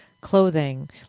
clothing